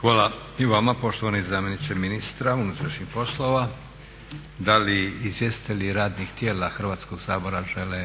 Hvala i vama poštovani zamjeniče ministra unutrašnjih poslova. Da li izvjestitelji radnih tijela Hrvatskoga sabora žele?